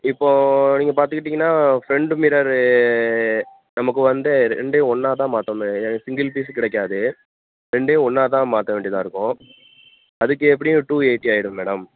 இப்போது நீங்கள் பார்த்துக்கிட்டிங்கன்னா ஃப்ரெண்ட்டு மிரரு நமக்கு வந்து ரெண்டையும் ஒன்றா தான் மாற்றணுமே சிங்கிள் பீஸ் கிடைக்காது ரெண்டையும் ஒன்றா தான் மாற்ற வேண்டியதாக இருக்கும் அதுக்கு எப்படியும் டூ எயிட்டி ஆகிடும் மேடம்